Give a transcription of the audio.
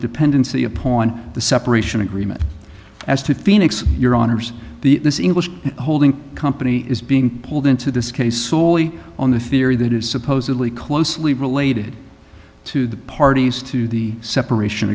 dependency upon the separation agreement as to phoenix your honour's the this english holding company is being pulled into this case soley on the theory that is supposedly closely related to the parties to the separation